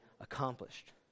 accomplished